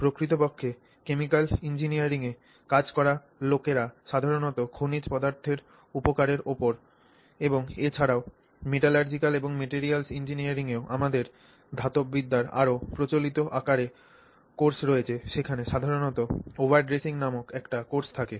প্রকৃতপক্ষে কেমিকাল ইঞ্জিনিয়ারিংয়ে কাজ করা লোকেরা সাধারণত খনিজ পদার্থের উপকারের উপর এবং এছাড়াও metallurgical and materials engineering এও আমাদের ধাতববিদ্যার আরও প্রচলিত আকারে কোর্স রয়েছে সেখানে সাধারণত ওভারড্রেসিং নামক একটি কোর্স থাকে